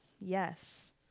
Yes